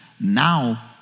Now